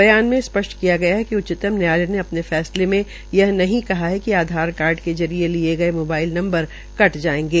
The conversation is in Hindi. बयान में स्पष्ट किया गया है उच्चतम न्यायालय ने अपने फैसले में यह नही कहा कि आधार कार्ड के जरिये लिये गये मोबाइल नंबर कट जायेंगे